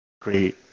great